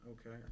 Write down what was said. Okay